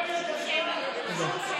זה לא עובד.